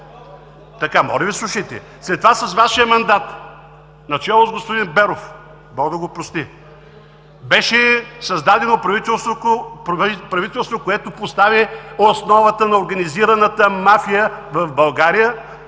Вас, моля Ви, слушайте! След това с Вашия мандат начело с господин Беров, Бог да го прости, беше създадено правителство, което постави основата на организираната мафия в България